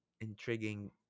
intriguing